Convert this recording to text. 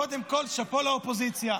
קודם כול, שאפו לאופוזיציה.